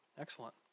Excellent